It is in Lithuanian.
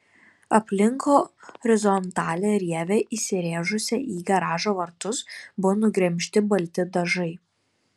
aplink horizontalią rievę įsirėžusią į garažo vartus buvo nugremžti balti dažai